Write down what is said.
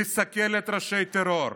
לסכל את ראשי הטרור.